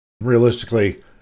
realistically